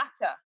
matter